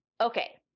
Okay